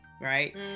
right